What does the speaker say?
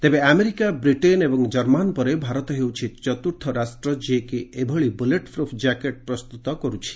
ତେବେ America Britain ଏବଂ କର୍ମାନ୍ ପରେ ଭାରତ ହେଉଛି ଚତ୍ର୍ଥ ରାଷ୍ଟ୍ର ଯିଏକି ଏଭଳି ବୁଲେଟ୍ ପ୍ରଫ୍ କ୍ୟାକେଟ୍ ପ୍ରସ୍ତୁତ କରୁଛି